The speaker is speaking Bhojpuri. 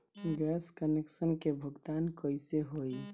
गैस कनेक्शन के भुगतान कैसे होइ?